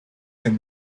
can